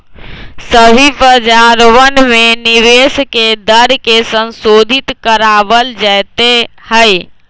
सभी बाजारवन में निवेश के दर के संशोधित करावल जयते हई